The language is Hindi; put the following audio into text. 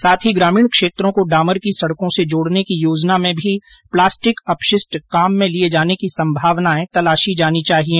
साथ ही ग्रामीण क्षेत्रों को डामर की सड़कों से जोड़ने की योजना में भी प्लास्टिक अपशिष्ट काम में लिये जाने की संभावनाएं तलाशी जानी चाहिए